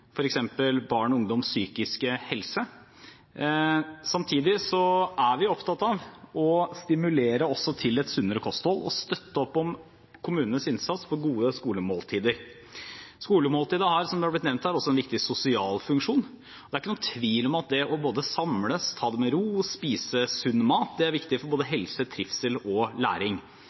barn og ungdoms psykiske helse. Samtidig er vi opptatt av å stimulere til et sunnere kosthold og støtte opp om kommunenes innsats på gode skolemåltider. Skolemåltidet har, som det er blitt nevnt her, også en viktig sosial funksjon. Det er ikke noen tvil om at både det å samles, ta det med ro og spise sunn mat er viktig for både helse, trivsel og læring.